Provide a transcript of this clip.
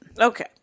Okay